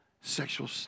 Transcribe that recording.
sexual